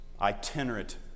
itinerant